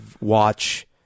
watch